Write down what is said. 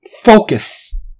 Focus